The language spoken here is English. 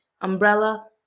umbrella